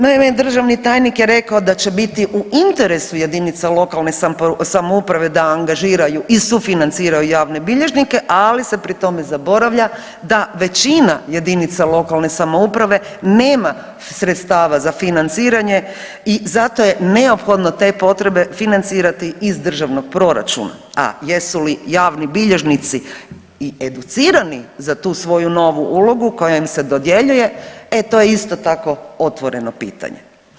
Naime, državni tajnik je rekao da će biti u interesu jedinica lokalne samouprave da angažiraju i sufinanciraju javne bilježnike, ali se pri tome zaboravlja da većina jedinica lokalne samouprave nema sredstava za financiranje i zato neophodno te potrebe financirati iz državnog proračuna, a jesu li javni bilježnici i educirani za tu svoju novu ulogu koja im se dodjeljuje, e to je isto tako, otvoreno pitanje.